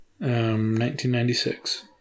1996